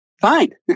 fine